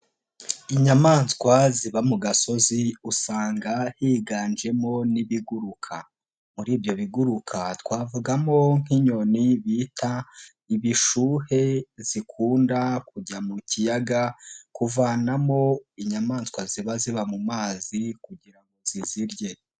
Inyamaswa ziba mu gasozi, usanga higanjemo n'ibiguruka, muri ibyo biguruka twavugamo nk'inyoni bita ibishuhe, zikunda kujya mu kiyaga kuvanamo inyamaswa ziba ziba mu mazi kugira ngo zizirye.